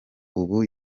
ubu